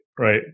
right